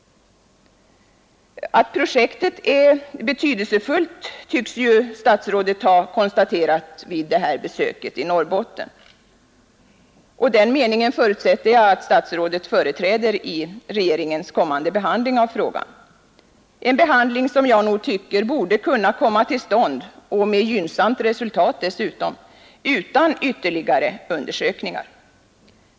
Att projektet är betydelsefullt tycks ju statsrådet ha konstaterat vid besöket i Norrbotten. Och den meningen förutsätter jag att statsrådet företräder i regeringens behandling av frågan, en behandling som jag nog tycker borde kunna komma till stånd — och med gynnsamt resultat — utan ytterligare undersökningar.